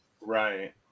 Right